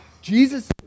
jesus